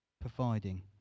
providing